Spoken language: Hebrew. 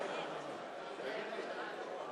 חברת הכנסת אדטו מוכנה?